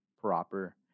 proper